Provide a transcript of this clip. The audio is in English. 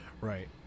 Right